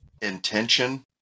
intention